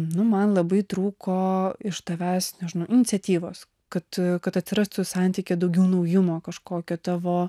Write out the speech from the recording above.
nu man labai trūko iš tavęs nežinau iniciatyvos kad kad atsirastų santykyje daugiau naujumo kažkokio tavo